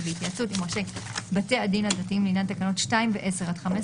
ובהתייעצות עם ראשי בתי הדין הדתיים לעניין תקנות 2 ו-10 עד 15